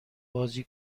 بازی